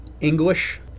English